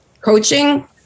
Coaching